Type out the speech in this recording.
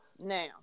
Now